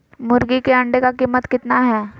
मुर्गी के अंडे का कीमत कितना है?